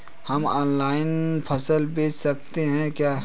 हम ऑनलाइन फसल बेच सकते हैं क्या?